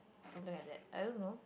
something like that I don't know